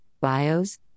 bios